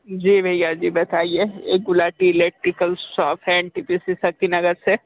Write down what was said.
जी भैया जी बताइए ये गुलाटी इलेक्ट्रिकल शॉप है N T P C Shaktinagar से